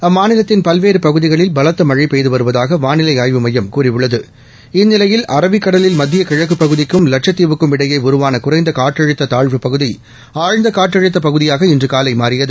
அம்மாநிலத்தின் பல்வேறு பகுதிகளில் பலத்த மழை பெய்து வருவதாக வானிலை ஆய்வுமையம் கூறியுள்ளது இந்நிலையில் அரபிக்கடலில் மத்திய கிழக்கு பகுதிக்கும் வட்சத்தீவுக்கும் இடையே உருவான குறைந்த னற்றழுத்த தாழ்வுப்பகுதி ஆழ்ந்த காற்றழுத்த பகுதியாக இன்று காலை மாறியது